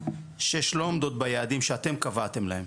שש לא עומדות ביעדים שאתם קבעתם להן.